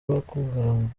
bukangurambaga